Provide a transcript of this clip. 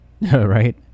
right